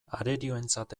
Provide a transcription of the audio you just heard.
arerioentzat